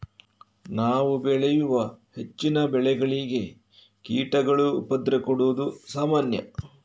ನಾವು ಬೆಳೆಯುವ ಹೆಚ್ಚಿನ ಬೆಳೆಗಳಿಗೆ ಕೀಟಗಳು ಉಪದ್ರ ಕೊಡುದು ಸಾಮಾನ್ಯ